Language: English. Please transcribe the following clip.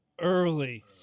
early